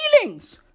feelings